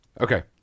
Okay